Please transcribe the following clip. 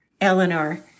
Eleanor